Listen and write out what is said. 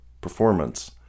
performance